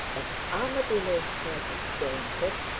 but the armadillo's shell is jointed,